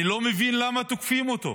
אני לא מבין למה תוקפים אותו.